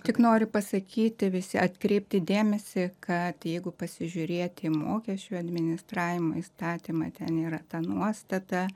tik noriu pasakyti visi atkreipti dėmesį kad jeigu pasižiūrėti mokesčių administravimo įstatymą ten yra ta nuostata